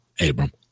Abram